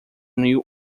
new